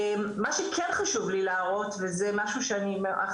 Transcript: מה שכן חשוב לי להראות וזה משהו שאנחנו